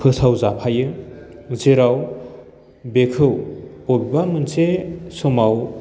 फोसावजाफायो जेराव बेखौ बबेबा मोनसे समाव